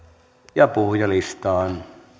ja puhujalistaan